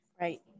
Right